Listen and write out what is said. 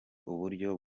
uburyo